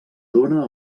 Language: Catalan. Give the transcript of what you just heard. dóna